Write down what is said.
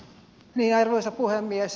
arvoisa puhemies